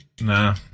Nah